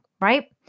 Right